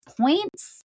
points